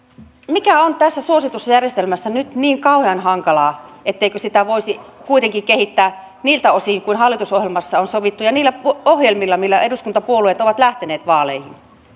mikä on tässä suositussa järjestelmässä nyt niin kauhean hankalaa etteikö sitä voisi kuitenkin kehittää niiltä osin kuin hallitusohjelmassa on sovittu ja niillä ohjelmilla millä eduskuntapuolueet ovat lähteneet vaaleihin